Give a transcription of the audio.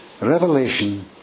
Revelation